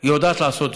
היא יודעת לעשות זאת.